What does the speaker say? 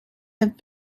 have